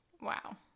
Wow